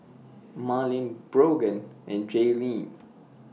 Marleen Brogan and Jaelynn